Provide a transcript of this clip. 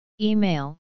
Email